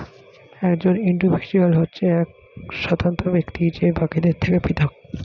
একজন ইন্ডিভিজুয়াল হচ্ছে এক স্বতন্ত্র ব্যক্তি যে বাকিদের থেকে পৃথক